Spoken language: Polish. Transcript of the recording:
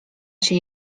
się